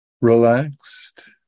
relaxed